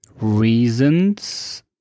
reasons